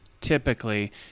typically